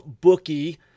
bookie